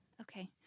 Okay